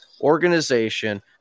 organization